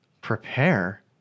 Prepare